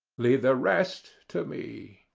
leave the rest to me.